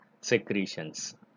secretions